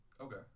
Okay